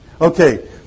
Okay